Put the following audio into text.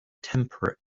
temperate